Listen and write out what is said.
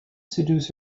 seduce